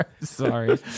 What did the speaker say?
Sorry